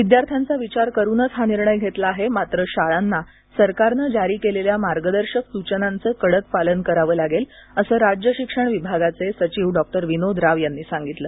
विद्यार्थ्यांचा विचार करूनच हा निर्णय घेतला आहे मात्र शाळांना सरकारनं जारी केलेल्या मार्गदर्शक सूचनांचं कडक पालन करावं लागेल असं राज्य शिक्षण विभागाचे सचिव डॉक्टर विनोद राव यांनी सांगितलं